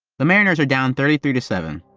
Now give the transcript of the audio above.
the mariners are down thirty three to seven.